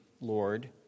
Lord